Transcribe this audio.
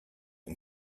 and